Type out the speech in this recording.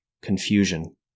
Confusion